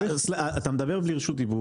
אתה מדבר בלי רשות דיבור,